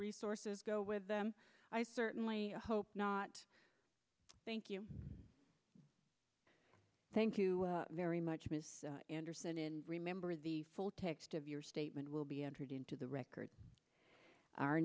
resources go with them i certainly hope not thank you thank you very much mr anderson in remember the full text of your statement will be entered into the record our